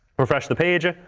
refresh the page.